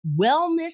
wellness